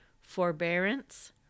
forbearance